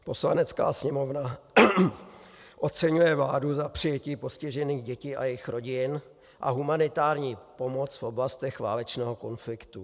Poslanecká sněmovna oceňuje vládu za přijetí postižených dětí a jejich rodin a humanitární pomoc v oblastech válečného konfliktu.